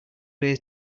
way